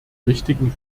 richtigen